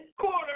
Quarter